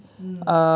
mm